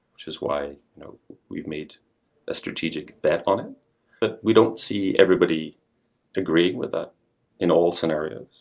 which is why we've made a strategic bet on we don't see everybody agreeing with that in all scenarios.